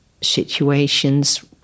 situations